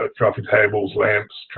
ah coffee tables, lamps,